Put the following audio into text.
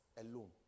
alone